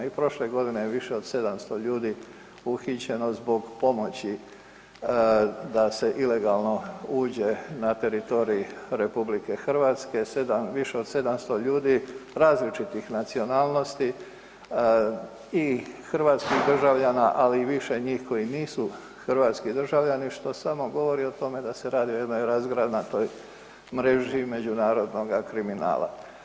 I prošle je godine više od 700 ljudi uhićeno zbog pomoći da se ilegalno uđe na teritorij RH, više od 700 ljudi različitih nacionalnosti i hrvatskih državljana, ali i više njih koji nisu hrvatski državljani, što samo govori o tome da se radi o jednoj razgranatoj mreži međunarodnoga kriminala.